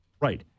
Right